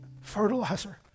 fertilizer